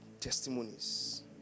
testimonies